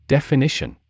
Definition